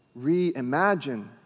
Reimagine